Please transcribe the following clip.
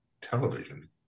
television